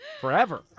forever